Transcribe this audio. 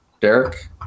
Derek